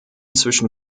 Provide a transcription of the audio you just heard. zwischen